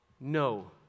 no